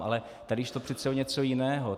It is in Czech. Ale tady šlo přece o něco jiného.